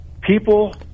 people